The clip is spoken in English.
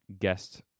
guest